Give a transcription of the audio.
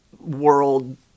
world